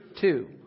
Two